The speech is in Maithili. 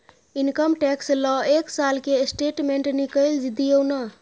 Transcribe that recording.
इनकम टैक्स ल एक साल के स्टेटमेंट निकैल दियो न?